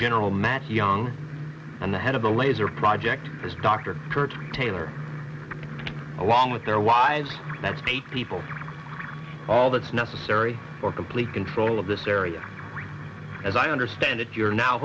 general matt young and the head of the laser project is dr kurt taylor along with their wives that's eight people all that's necessary for complete control of this area as i understand it you're now